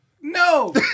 No